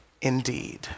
indeed